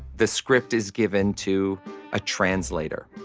the script is given to a translator,